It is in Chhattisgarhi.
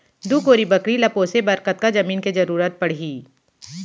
दू कोरी बकरी ला पोसे बर कतका जमीन के जरूरत पढही?